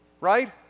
right